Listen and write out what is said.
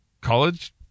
college